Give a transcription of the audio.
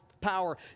power